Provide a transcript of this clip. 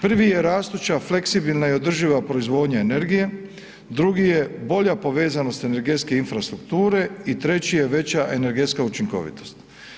Prvi je rastuća fleksibilna i održiva proizvodnja energije, drugi je bolja povezanost energetske infrastrukture i treći je veća energetska učinkovitost.